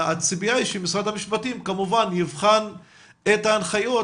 הציפייה היא שמשרד המשפטים כמובן יבחן את ההנחיות